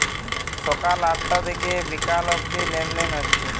সকাল আটটা থিকে বিকাল অব্দি লেনদেন হচ্ছে